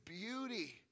beauty